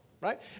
right